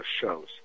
shows